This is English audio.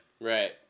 Right